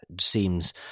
seems